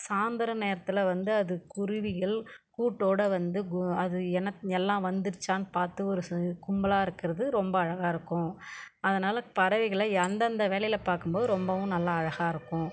சாயந்தர நேரத்தில் வந்து அது குருவிகள் கூட்டோடு வந்து கூ அது என்ன எல்லாம் வந்துருச்சான்னு பார்த்து ஒரு கும்பலாக இருக்கிறது ரொம்ப அழகாக இருக்கும் அதனால் பறவைகளை அந்தெந்த வேளையில பார்க்கும்போது ரொம்பவும் நல்லா அழகாக இருக்கும்